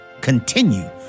continue